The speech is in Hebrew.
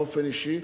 באופן אישי,